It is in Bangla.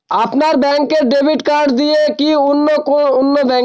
আপনার ব্যাংকের ডেবিট কার্ড দিয়ে কি অন্য ব্যাংকের থেকে টাকা তুলতে পারবো?